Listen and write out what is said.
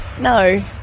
No